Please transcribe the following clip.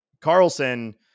Carlson